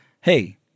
hey